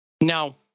Now